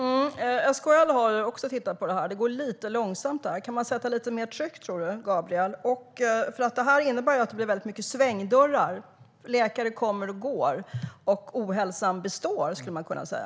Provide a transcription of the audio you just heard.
Herr talman! SKL har också tittat på detta. Det går lite långsamt. Tror du, Gabriel Wikström, att man kan sätta lite mer tryck på detta? Det innebär nämligen att det blir väldigt mycket svängdörrar. Läkare kommer och går, och ohälsan består, skulle man kunna säga.